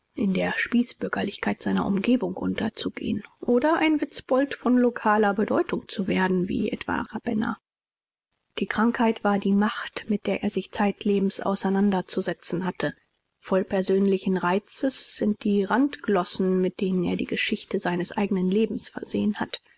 in der spießbürgerlichkeit seiner umgebung unterzugehn oder ein witzbold von lokaler bedeutung zu werden wie etwa rabener die krankheit war die macht mit der er sich zeitlebens auseinanderzusetzen hatte voll persönlichen reizes sind die randglossen mit denen er die geschichte seines eignen lebens versehn hat